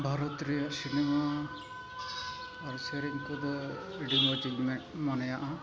ᱵᱷᱟᱨᱚᱛ ᱨᱮᱭᱟᱜ ᱥᱤᱱᱮᱢᱟ ᱟᱨ ᱥᱮᱨᱮᱧ ᱠᱚᱫᱚ ᱟᱹᱰᱤ ᱢᱚᱡᱽ ᱤᱧ ᱢᱚᱱᱮᱭᱟ